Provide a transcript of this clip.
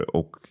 och